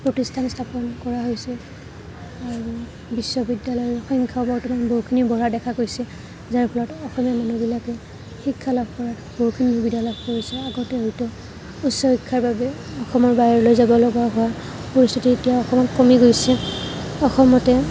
প্ৰতিষ্ঠান স্থাপন কৰা হৈছে আৰু বিশ্ববিদ্য়ালয়ৰ সংখ্য়াও বৰ্তমান বহুখিনি বঢ়া দেখা গৈছে যাৰ ফলত অসমীয়া মানুহবিলাকে শিক্ষা লাভ কৰাত বহুখিনি সুবিধা লাভ কৰিছে আগতে হয়তো উচ্চ শিক্ষাৰ বাবে অসমৰ বাহিৰলৈ যাব লগা হয় পৰিস্থিতি এতিয়া অলপমান কমি গৈছে অসমতে